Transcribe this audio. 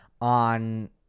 on